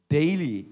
Daily